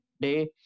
day